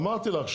אמרתי לך,